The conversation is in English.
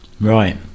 Right